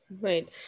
Right